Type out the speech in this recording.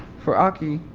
for aki,